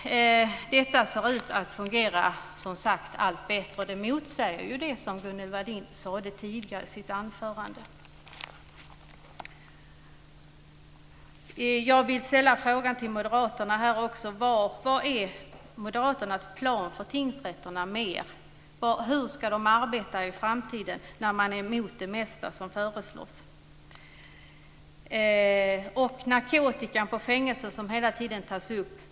Det ser ut att fungera allt bättre. Det motsäger det som Gunnel Wallin sade tidigare i sitt anförande. Jag vill också ställa en fråga till moderaterna. Vad är moderaternas plan för tingsrätterna? Hur ska de arbeta i framtiden? Moderaterna är ju emot det mesta som föreslås. Hela tiden tas frågan om narkotika på fängelserna upp.